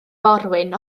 forwyn